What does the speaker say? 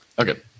Okay